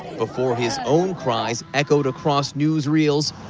before his own cries echoed across newsreels.